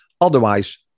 otherwise